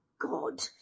God